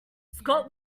scott